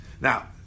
Now